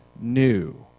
new